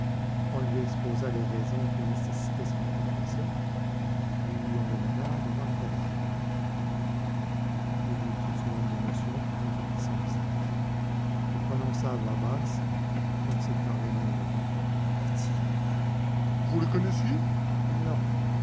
on lui exposa les raisons qui nécessitaient son intervention puis on le mena devant le cadavre il eut une seconde d'émotion qui contracta son visage et prononça à voix basse comme s'il parlait malgré lui étienne varin vous le connaissiez non